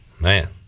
Man